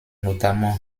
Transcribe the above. notamment